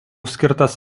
skirtas